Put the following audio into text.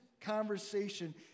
conversation